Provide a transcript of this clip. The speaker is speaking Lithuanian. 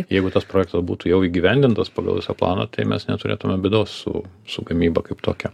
jeigu tas projektas būtų jau įgyvendintas pagal visą planą tai mes neturėtumėm bėdos su su gamyba kaip tokia